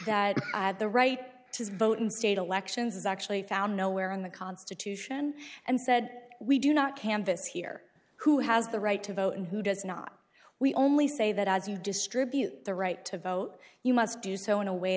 that the right to vote in state elections is actually found nowhere in the constitution and said we do not canvass here who has the right to vote and who does not we only say that as you distribute the right to vote you must do so in a way